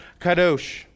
kadosh